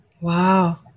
Wow